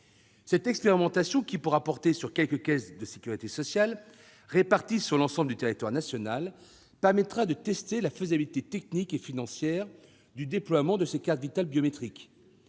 Cette expérimentation, qui pourra porter sur quelques caisses de sécurité sociale réparties sur l'ensemble du territoire national, permettra non seulement de tester la faisabilité technique et financière du déploiement de cette carte Vitale biométrique,